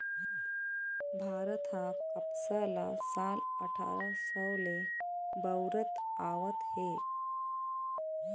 भारत ह कपसा ल साल अठारा सव ले बउरत आवत हे